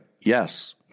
Yes